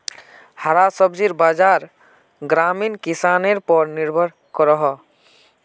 हरा सब्जिर बाज़ार ग्रामीण किसनर पोर निर्भर करोह